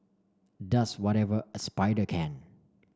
does whatever a spider can